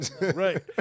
Right